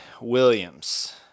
Williams